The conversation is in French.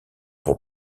pour